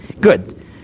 good